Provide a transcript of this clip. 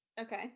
Okay